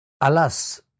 Alas